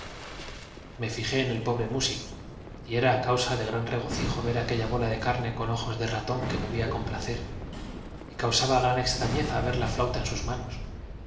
me fijé en el pobre músico y era causa de gran regocijo ver aquella bola de carne con ojos de ratón que movía con placer y causaba gran extrañeza ver la flauta en sus manos